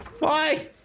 Bye